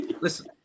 Listen